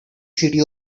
city